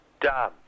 Done